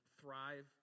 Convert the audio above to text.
thrive